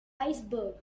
iceberg